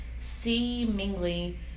seemingly